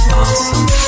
awesome